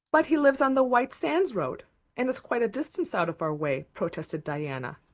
but he lives on the white sands road and it's quite a distance out of our way, protested diana.